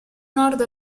nord